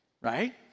right